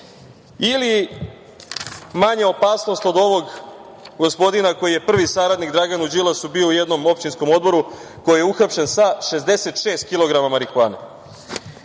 ili manja opasnost od ovog gospodina, koji je prvi saradnik Draganu Đilasu bio u jednom opštinskom odboru, a koji je uhapšen sa 66 kilograma marihuane. To